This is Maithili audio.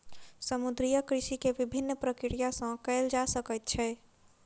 समुद्रीय कृषि के विभिन्न प्रक्रिया सॅ कयल जा सकैत छै